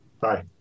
Bye